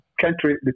country